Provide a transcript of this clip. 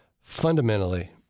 fundamentally